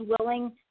willing